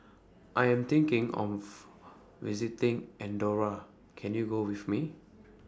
I Am thinking of visiting Andorra Can YOU Go with Me